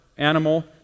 animal